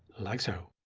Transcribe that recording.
like so.